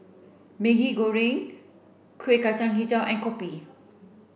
Maggi Goreng Kuih Kacang Hijau and Kopi